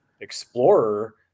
explorer